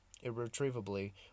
irretrievably